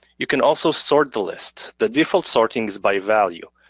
you can also sort the list. the default sorting is by value.